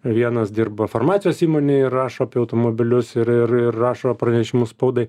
vienas dirba farmacijos įmonėj rašo apie automobilius ir ir rašo pranešimus spaudai